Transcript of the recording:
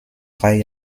drei